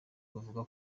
twavuga